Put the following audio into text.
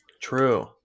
True